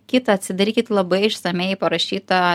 kita atsidarykit labai išsamiai parašyta